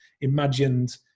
imagined